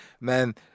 man